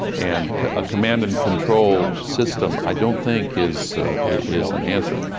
and a command and control system, i don't think is is an answer.